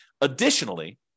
Additionally